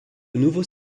nouveaux